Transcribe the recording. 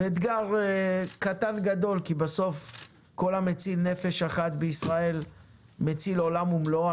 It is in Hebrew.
זה אתגר קטן-גדול כי בסוף כל המציל נפש אחת בישראל מציל עולם ומלואו.